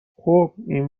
خوب، این